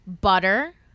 butter